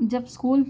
جب اسکول